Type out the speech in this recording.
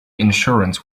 insurance